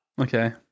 Okay